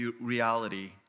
reality